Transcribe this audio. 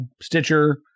Stitcher